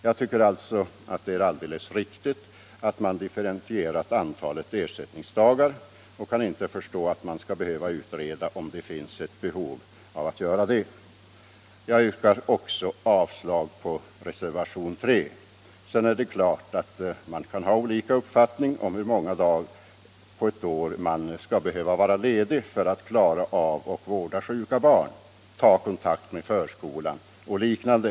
Jag tycker alltså det är alldeles riktigt att man differentierat antalet ersättningsdagar och kan inte förstå att man skall behöva utreda om det finns något sådant behov. Jag yrkar avslag även på reservationen 3. Det är klart att man kan ha olika uppfattning om hur många dagar på ett år förälder skall behöva vara ledig för att kunna vårda sjuka barn, ta kontakt med förskolan och liknande.